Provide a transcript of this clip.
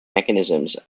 mechanisms